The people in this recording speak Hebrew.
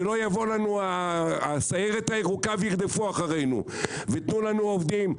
שלא יבואו אלינו מהסיירת הירוקה וירדפו אחרינו ותנו לנו עובדים.